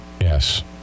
yes